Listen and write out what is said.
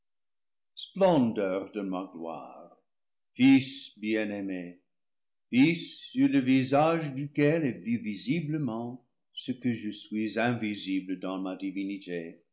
de ma gloire fils bien-aimé fils sur le vi sage duquel est vu visiblement ce que je suis invisible dans ma divinité